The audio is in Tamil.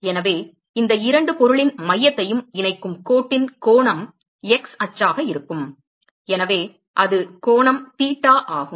எனவே இந்த இரண்டு பொருளின் மையத்தையும் இணைக்கும் கோட்டின் கோணம் x அச்சாக இருக்கும் எனவே அது கோணம் தீட்டா ஆகும்